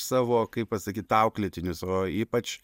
savo kaip pasakyt auklėtinius o ypač